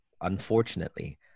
unfortunately